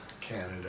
Canada